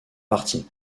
parties